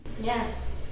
yes